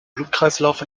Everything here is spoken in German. blutkreislauf